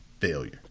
failure